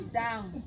down